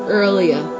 earlier